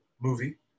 movie